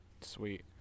Sweet